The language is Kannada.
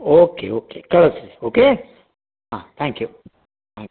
ಓಕೆ ಓಕೆ ಕಳ್ಸಿ ರೀ ಓಕೆ ಹಾಂ ತ್ಯಾಂಕ್ ಯು ಹಾಂ